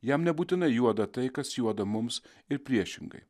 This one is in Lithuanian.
jam nebūtinai juoda tai kas juoda mums ir priešingai